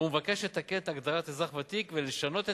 הוא מבקש לתקן את הגדרת אזרח ותיק ולשנות את